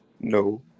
No